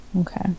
okay